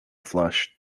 flush